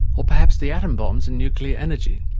or perhaps the atom bombs and nuclear energy.